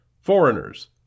foreigners